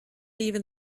even